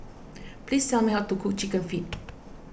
please tell me how to cook Chicken Feet